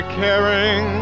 caring